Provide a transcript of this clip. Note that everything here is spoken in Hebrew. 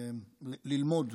ללמוד.